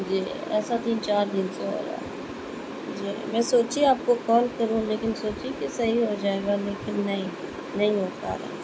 جی ایسا تین چار دن سے ہو رہا ہے جی میں سوچی آپ کو کال کروں لیکن سوچی کہ صحیح ہو جائے گا لیکن نہیں نہیں ہو پا رہا ہے